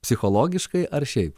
psichologiškai ar šiaip